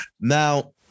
Now